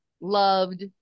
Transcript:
loved